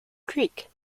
greek